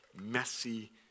messy